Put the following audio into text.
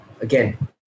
again